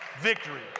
victory